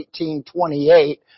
1828